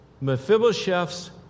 Mephibosheth's